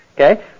Okay